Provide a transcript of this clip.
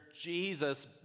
Jesus